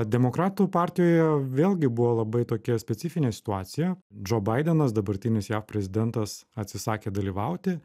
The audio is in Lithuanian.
demokratų partijoje vėlgi buvo labai tokia specifinė situacija džo baidenas dabartinis jav prezidentas atsisakė dalyvauti